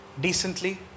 Decently